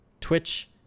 Twitch